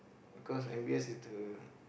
cause m_b_s is the